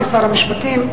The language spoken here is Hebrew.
כשר המשפטים,